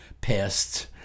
pests